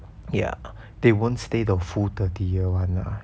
ya they won't stay the full thirty year [one] ah